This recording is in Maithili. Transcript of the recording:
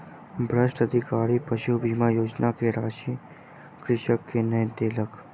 भ्रष्ट अधिकारी पशु बीमा योजना के राशि कृषक के नै देलक